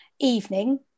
evening